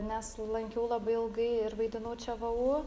nes lankiau labai ilgai ir vaidinau čia vu